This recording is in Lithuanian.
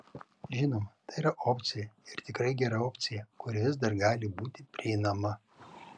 žinoma tai yra opcija ir tikrai gera opcija kuri vis dar gali būti prieinama